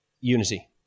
unity